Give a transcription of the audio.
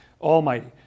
Almighty